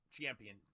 champion